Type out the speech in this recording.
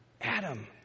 Adam